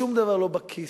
שום דבר לא בכיס.